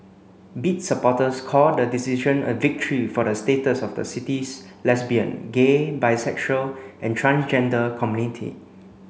bid supporters called the decision a victory for the status of the city's lesbian gay bisexual and transgender community